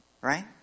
Right